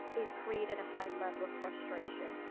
it created a high level of frustration.